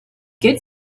good